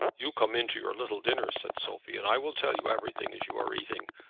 you come in to your little dinner, said sophie, and i will tell you everything as you are eating.